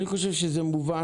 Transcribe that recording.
אני חושב שזה מובן,